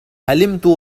حلمت